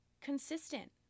consistent